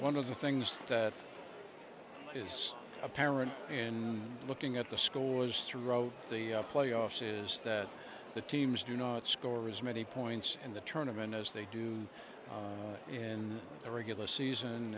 one of the things that it is apparent in looking at the scores through row the playoffs is that the teams do not score as many points in the tournament as they do in the regular season